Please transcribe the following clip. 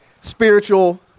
spiritual